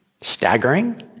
staggering